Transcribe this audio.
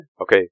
Okay